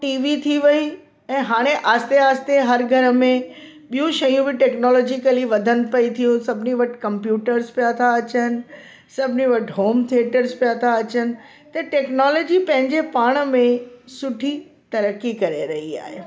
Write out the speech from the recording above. TV थी वई ऐं हाणे आहिस्ते आहिस्ते हर घर में ॿियूं शयूं बि टेक्नोलॉजिकली वधनि पई थियूं सभिनी वटि कंप्यूटर्स पिया था अचनि सभिनी वटि होम थिएटर था अचनि त टेक्नोलॉजी पंहिंजे पाण में सुठी तरकी करे रही आहे